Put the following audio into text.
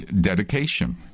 dedication